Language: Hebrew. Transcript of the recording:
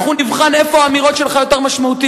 אנחנו נבחן איפה האמירות שלך יותר משמעותיות,